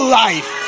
life